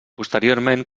posteriorment